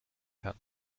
kann